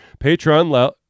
Patreon